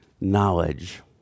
knowledge